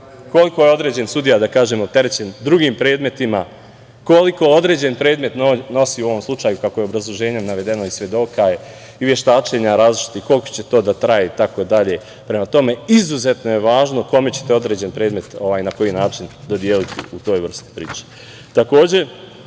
koliko je određeni sudija, da kažemo, opterećen drugim predmetima, koliko određeni predmet nosi u ovom slučaju, kako je obrazloženjem navedeno, svedoka i veštačenja različitih i koliko će to da traje itd. Prema tome, izuzetno je važno kome ćete određeni predmet na koji način dodeliti u toj vrsti